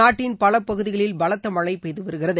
நாட்டின் பல பகுதிகளில் பலத்த மழை பெய்து வருகிறது